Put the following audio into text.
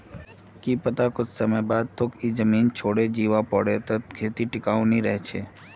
की पता कुछ समय बाद तोक ई जमीन छोडे जीवा पोरे तब खेती टिकाऊ नी रह छे